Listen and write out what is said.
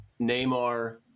neymar